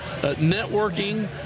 networking